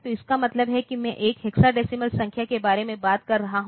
तो इसका मतलब है मैं एक हेक्साडेसिमल संख्या के बारे में बात कर रहा हूं